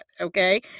okay